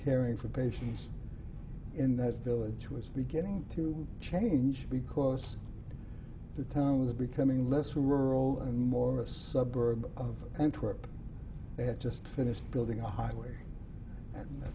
caring for patients in that village was beginning to change because the town was becoming less rural and morris suburb of antwerp had just finished building a highway and